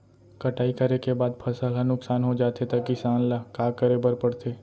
कटाई करे के बाद फसल ह नुकसान हो जाथे त किसान ल का करे बर पढ़थे?